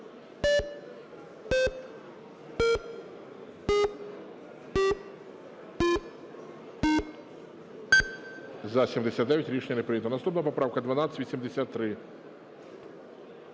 За-79 Рішення не прийнято. Наступна поправка 1283.